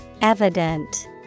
Evident